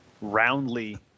roundly